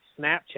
Snapchat